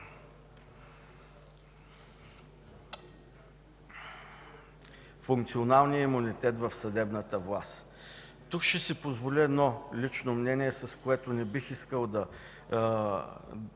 функционалния имунитет в съдебната власт. Тук ще си позволя лично мнение, с което не бих искал да